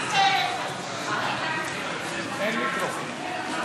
אין מיקרופון.